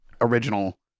original